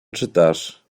czytasz